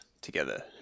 together